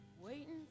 waiting